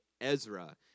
Ezra